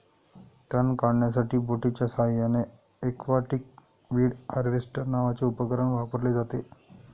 तण काढण्यासाठी बोटीच्या साहाय्याने एक्वाटिक वीड हार्वेस्टर नावाचे उपकरण वापरले जाते